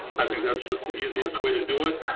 i think that's just the easiest way to do it.